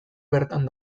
bertan